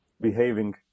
behaving